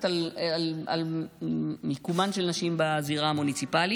על מיקומן של נשים בזירה המוניציפלית.